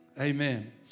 Amen